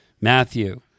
Matthew